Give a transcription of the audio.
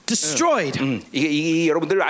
Destroyed